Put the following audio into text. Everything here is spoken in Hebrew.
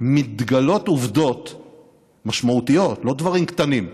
מתגלות עובדות משמעותיות, לא דברים קטנים,